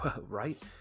Right